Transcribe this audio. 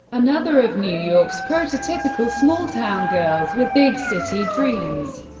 another of new york's prototypical small-town girls with big-city dreams,